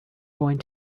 going